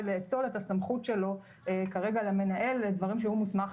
לאצול את הסמכות שלו כרגע למנהל לדברים שהוא מוסמך